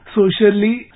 socially